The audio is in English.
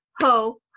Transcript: ho